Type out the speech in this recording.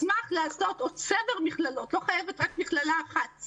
או צבר מכללות, לא חייבת להיות רק מכללה אחת,